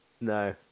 No